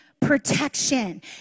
protection